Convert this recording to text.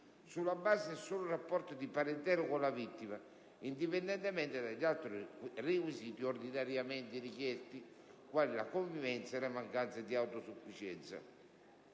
sulla base del solo rapporto di parentela con la vittima, indipendentemente dagli altri requisiti ordinariamente richiesti, quali la convivenza e la mancanza di autosufficienza